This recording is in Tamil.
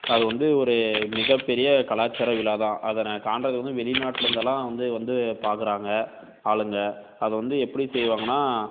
அது வந்து ஒரு மிகப்பெரிய கலாச்சார விழா தான் அதனை காண்கிறது வந்து வெளிநாட்டுலேந்தெல்லாம் வந்து வந்து பார்க்குறாங்க ஆளுங்க அதுவந்து எப்படி செய்வாங்கன்னா